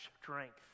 strength